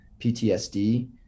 PTSD